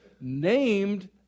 named